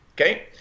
okay